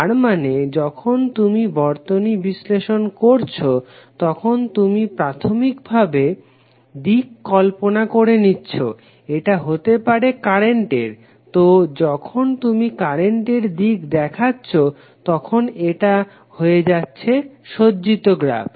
তারমানে যখন তুমি বর্তনী বিশ্লেষণ করছো তখন তুমি প্রাথমিক দিক কল্পনা করে নিচ্ছো এটা হতে পারে কারেন্ট তো যখন তুমি কারেন্টের দিক দেখাছো তখন এটা হয়ে যাচ্ছে সজ্জিত গ্রাফ